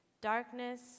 Darkness